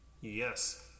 Yes